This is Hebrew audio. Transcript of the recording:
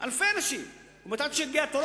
איך מציגים את זה